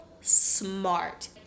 smart